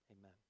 amen